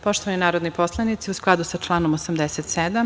Poštovani narodni poslanici, u skladu sa članom 87.